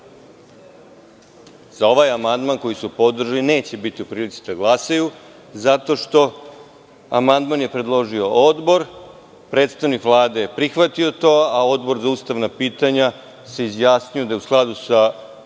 Za ovaj amandman koji su podržali neće biti u prilici da glasaju zato što amandman je predložio odbor. Predstavnik Vlade je prihvatio to, a Odbor za ustavna pitanja se izjasnio da je u skladu sa